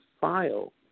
file